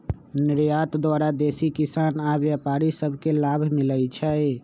निर्यात द्वारा देसी किसान आऽ व्यापारि सभ के लाभ मिलइ छै